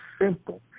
simple